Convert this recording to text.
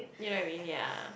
you know what I mean yea